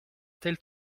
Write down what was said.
tel